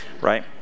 Right